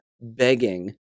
begging